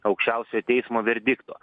aukščiausiojo teismo verdikto